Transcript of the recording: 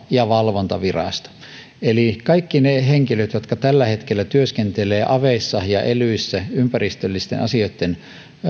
ja valvontavirasto eli kaikki ne henkilöt jotka tällä hetkellä työskentelevät aveissa ja elyissä ympäristöllisten asioitten